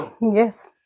Yes